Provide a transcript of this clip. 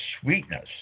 sweetness